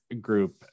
group